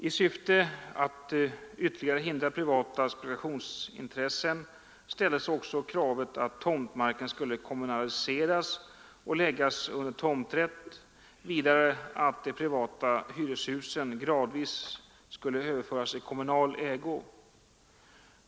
I syfte att ytterligare hindra privata spekulationsintressen ställdes också kravet att tomtmarken skulle kommunaliseras. och läggas under tomträtt samt att de privata hyreshusen gradvis skulle överföras i kommunal ägo.